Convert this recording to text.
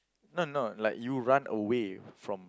no no like you run away from